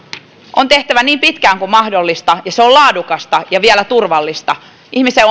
on tehtävä niin pitkään kuin se on mahdollista ja se on laadukasta ja vielä turvallista ihmisen